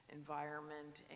environment